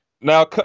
now